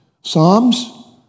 Psalms